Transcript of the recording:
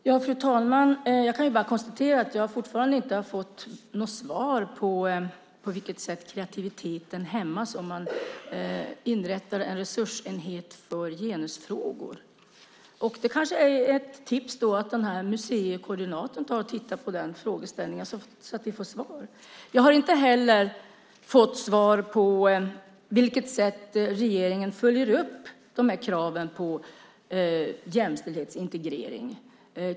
Fru talman! Jag kan bara konstatera att jag fortfarande inte har fått svar på hur kreativiteten hämmas om man inrättar en resursenhet för genusfrågor. Det kanske är ett tips att museikoordinatorn tittar på den frågan så att vi får svar. Jag har inte heller fått svar på hur regeringen följer upp kraven på jämställdhetsintegrering.